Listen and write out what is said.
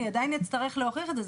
אני עדיין אצטרך להוכיח את זה.